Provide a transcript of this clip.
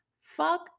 fuck